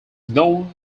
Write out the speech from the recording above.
known